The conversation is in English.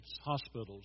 hospitals